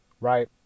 right